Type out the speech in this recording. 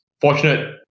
fortunate